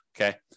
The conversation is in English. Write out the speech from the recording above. okay